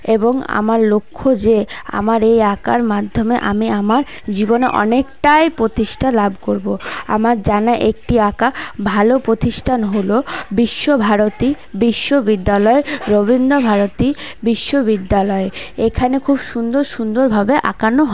এবং আমার লক্ষ্য যে আমার এই আঁকার মাধ্যমে আমি আমার জীবনে অনেকটাই প্রতিষ্ঠা লাভ করবো আমার জানা একটি আঁকা ভালো প্রতিষ্ঠান হলো বিশ্বভারতী বিশ্ববিদ্যালয় রবীন্দ্রভারতী বিশ্ববিদ্যালয় এইখানে খুব সুন্দর সুন্দর ভাবে আঁকানো হয়